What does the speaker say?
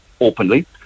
openly